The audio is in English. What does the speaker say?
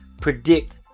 predict